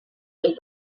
lloc